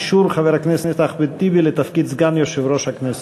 אישור חבר הכנסת אחמד טיבי לתפקיד סגן יושב-ראש הכנסת.